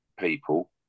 people